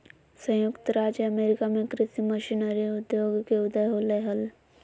संयुक्त राज्य अमेरिका में कृषि मशीनरी उद्योग के उदय होलय हल